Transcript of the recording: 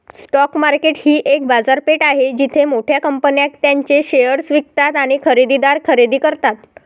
stock market ही एक बाजारपेठ आहे जिथे मोठ्या कंपन्या त्यांचे शेअर्स विकतात आणि खरेदीदार खरेदी करतात